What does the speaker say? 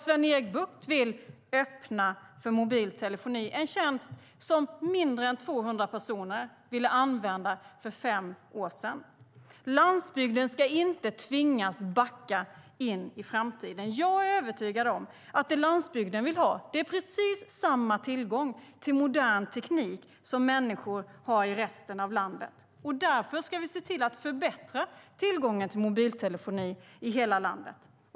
Sven-Erik Bucht vill öppna för mobil telefoni, en tjänst som mindre än 200 personer ville använda för fem år sedan. Landsbygden ska inte tvingas backa in i framtiden. Jag är övertygad om att det som landsbygden vill ha är precis samma tillgång till modern teknik som människor har i resten av landet. Därför ska vi se till att förbättra tillgången till mobiltelefoni i hela landet.